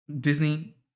Disney